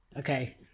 okay